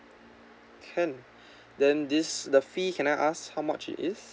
can then this the fee can I ask how much it is